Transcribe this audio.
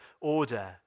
order